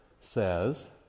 says